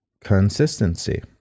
consistency